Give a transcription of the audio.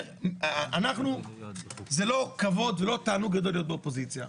אנחנו זה לא כבוד ולא תענוג גדול להיות באופוזיציה.